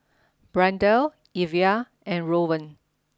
Brianda Evia and Rowan